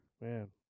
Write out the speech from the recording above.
Man